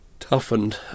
toughened